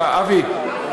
אבי,